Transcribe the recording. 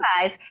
guys